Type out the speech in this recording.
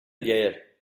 léir